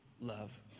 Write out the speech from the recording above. love